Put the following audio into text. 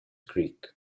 creek